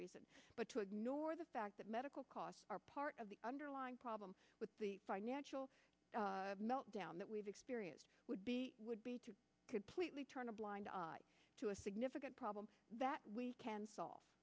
reason but to ignore the fact that medical costs are part of the underlying problem with the financial meltdown that we've experienced would be would be to completely turn a blind eye to a significant problem that we can s